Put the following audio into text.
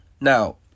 Now